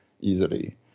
easily